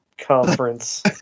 conference